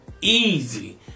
easy